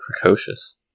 precocious